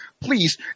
please